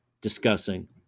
discussing